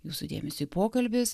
jūsų dėmesiui pokalbis